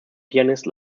pianist